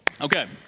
Okay